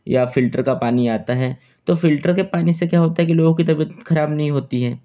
या फ़िल्टर का पानी आता है तो फ़िल्टर के पानी से क्या होता है की लोगों कि तबियत खराब नहीं होती है